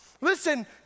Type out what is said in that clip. Listen